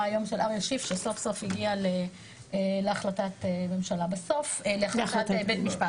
היום של אריה שיף שסוף סוף הגיע להחלטת בית משפט.